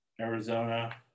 Arizona